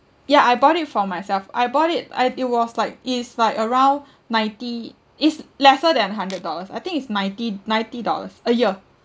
ya I bought it for myself I bought it and it was like is like around ninety is lesser than hundred dollars I think is ninety ninety dollars a year